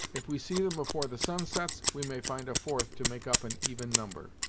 if we see them afore the sun sets, we may find a fourth to make up an even number.